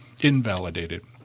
invalidated